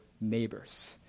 neighbors